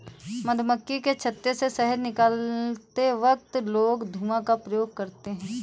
मधुमक्खी के छत्ते से शहद निकलते वक्त लोग धुआं का प्रयोग करते हैं